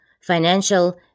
financial